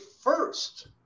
first